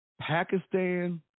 Pakistan